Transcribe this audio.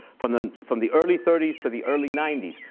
from the from the early thirty s to the early ninety s.